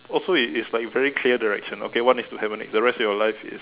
oh so it's like you very clear direction okay one is to hibernate the rest of your life is